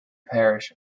parish